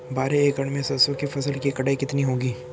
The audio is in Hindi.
बारह एकड़ में सरसों की फसल की कटाई कितनी होगी?